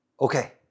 okay